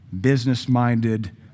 business-minded